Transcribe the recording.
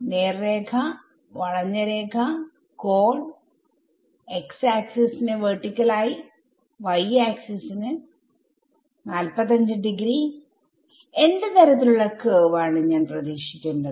നേർരേഖവളഞ്ഞ രേഖകോൺx ആക്സിസ് ന് വെർട്ടിക്കൽ ആയി y ആക്സിസിന്45 ഡിഗ്രി എന്ത് തരത്തിൽ ഉള്ള കർവ് ആണ് ഞാൻ പ്രതീക്ഷിക്കേണ്ടത്